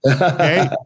okay